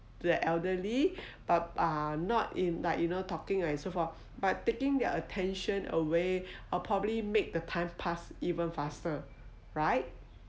the elderly but uh not in like you know talking ya so far but taking their attention away or probably make the time pass even faster right